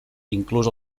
inclús